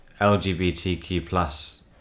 LGBTQ+